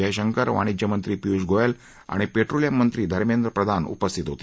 जयशंकर वाणिज्य मंत्री पियुष गोयल आणि पेट्रोलियम मंत्री धर्मेंद्र प्रधान उपस्थित होते